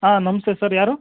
ಹಾಂ ನಮಸ್ತೆ ಸರ್ ಯಾರು